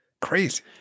Crazy